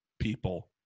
people